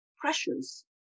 pressures